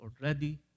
already